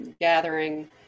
gathering